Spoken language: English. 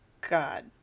God